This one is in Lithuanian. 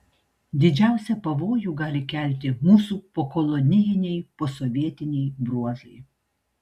didžiausią pavojų gali kelti mūsų pokolonijiniai posovietiniai bruožai